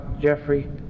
jeffrey